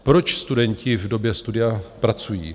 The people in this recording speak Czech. Proč studenti v době studia pracují?